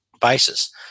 basis